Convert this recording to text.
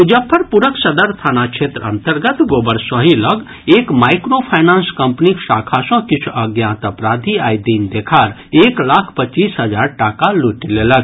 मुजफ्फरपुरक सदर थाना क्षेत्र अन्तर्गत गोबरसही लऽग एक माईक्रो फाइनांस कम्पनीक शाखा सँ किछु अज्ञात अपराधी आइ दिन देखाड़ एक लाख पच्चीस हजार टाका लूटि लेलक